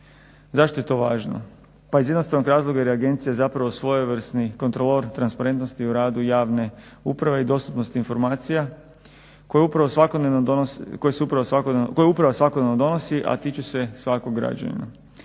Zašto je to važno? Pa iz jednostavnog razloga jer je agencija zapravo svojevrsni kontrolor transparentnosti u radu javne uprave i dostupnosti informacija koje uprava svakodnevno donosi a tiču se svakog građanina.